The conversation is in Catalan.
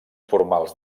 formals